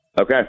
Okay